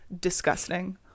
disgusting